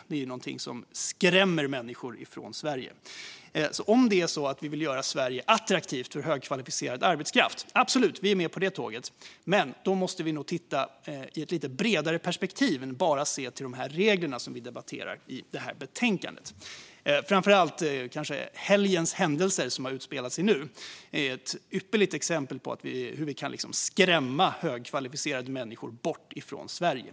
Det är någonting som skrämmer människor iväg från Sverige. Om man vill göra Sverige attraktivt för högkvalificerad arbetskraft, ett tåg vi absolut är med på, måste man nog alltså titta i ett lite bredare perspektiv än bara på de regler vi debatterar i det här betänkandet. Kanske är framför allt de händelser som utspelade sig i helgen ett ypperligt exempel på hur vi kan skrämma bort högkvalificerade människor från Sverige.